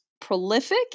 prolific